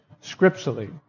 scripturally